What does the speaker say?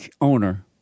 owner